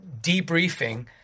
debriefing